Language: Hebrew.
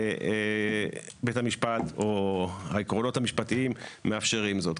בית המשפט או העקרונות המשפטיים מאפשרים זאת.